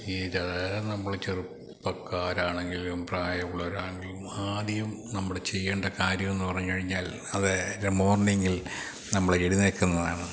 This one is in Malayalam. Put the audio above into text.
ഈ സാധാരണ നമ്മള് ചെറുപ്പക്കാരാണെങ്കിലും പ്രായമുള്ളവരാണെങ്കിലും ആദ്യം നമ്മൾ ചെയ്യേണ്ട കാര്യമെന്ന് പറഞ്ഞുകഴിഞ്ഞാൽ അതായത് മോണിങ്ങിൽ നമ്മൾ എഴുന്നേല്ക്കുന്നതാണ്